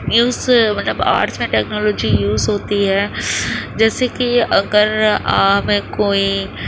use مطلب arts میں technology use ہوتی ہے جیسے کہ اگر کوئی